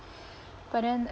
but then